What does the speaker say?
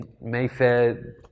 Mayfair